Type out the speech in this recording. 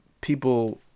people